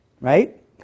right